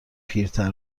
پیرتر